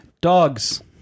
Dogs